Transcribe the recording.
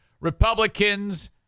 Republicans